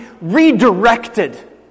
redirected